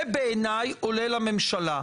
זה בעיניי עולה לממשלה.